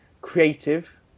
Creative